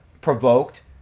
provoked